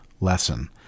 lesson